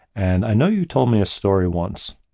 and i know you told me a story once